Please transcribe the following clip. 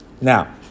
Now